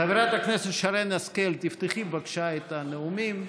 חברת הכנסת שרן השכל, תפתחי בבקשה את הנאומים.